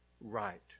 right